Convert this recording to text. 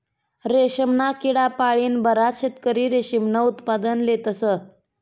रेशमना किडा पाळीन बराच शेतकरी रेशीमनं उत्पादन लेतस